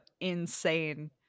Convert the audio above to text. insane